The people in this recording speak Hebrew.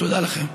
תודה לכם.